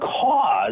cause